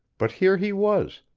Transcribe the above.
but here he was,